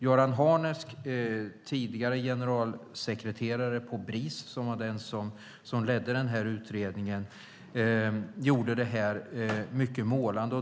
Göran Harnesk, tidigare generalsekreterare för Bris och den som ledde utredningen, gjorde detta mycket målande.